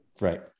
Right